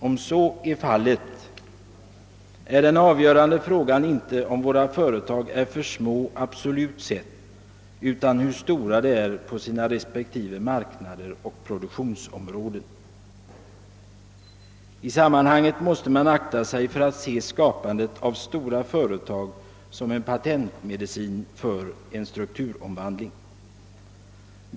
Om så är fallet är den avgörande frågan inte, om våra företag är för små absolut sett, utan hur stora de är på sina respektive marknader och produktionsområden. I sammanhanget måste man akta sig för att se skapandet av stora företag som en patentmedicin för strukturomvandlingen.